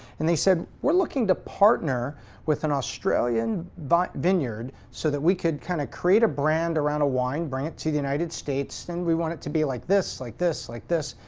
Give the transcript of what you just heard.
and they said, we're looking to partner with an australian but vineyard vineyard so that we could kind of create a brand around a wine, bring it to the united states and we want it to be like this, like this, like this.